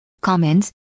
comments